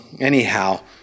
anyhow